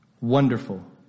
Wonderful